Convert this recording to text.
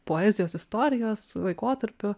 poezijos istorijos laikotarpių